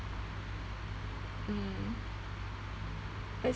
mm